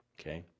okay